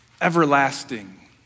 Everlasting